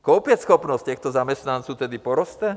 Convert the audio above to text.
Koupěschopnost těchto zaměstnanců tedy poroste?